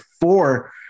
four